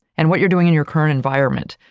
and what you're doing in your current environment.